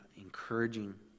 encouraging